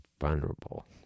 vulnerable